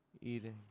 Eating